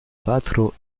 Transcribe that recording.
patro